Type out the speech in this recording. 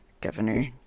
Governor